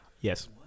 Yes